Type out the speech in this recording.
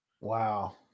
Wow